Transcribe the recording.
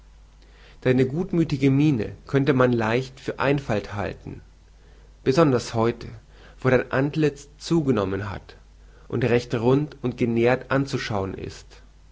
deine gutmüthige miene könnte man leicht für einfalt halten besonders heute wo dein antlitz zugenommen hat und recht rund und genährt anzuschauen ist